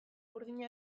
burdin